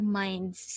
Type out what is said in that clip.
minds